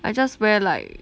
I just wear like